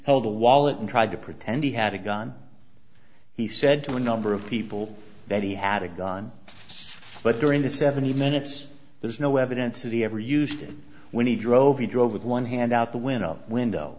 held a wallet and tried to pretend he had a gun he said to a number of people that he had a gun but during the seventy minutes there's no evidence of the ever used it when he drove he drove with one hand out the window window